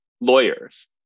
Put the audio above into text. lawyers